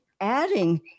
adding